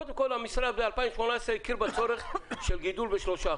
קודם כל, המשרד ב-2019 הכיר בצורך של גידול ב-3%.